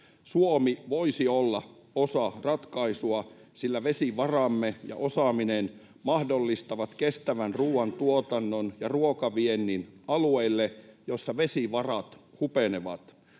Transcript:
Suomi voisi olla osa ratkaisua, sillä vesivaramme ja osaaminen mahdollistavat kestävän ruoantuotannon ja ruokaviennin alueille, joissa vesivarat hupenevat.